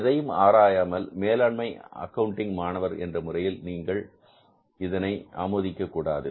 எதையும் ஆராயாமல் மேலாண்மை ஆக்கவுண்டிங் மாணவர் என்ற முறையில் நீங்கள் இதனை ஆமோதிக்க கூடாது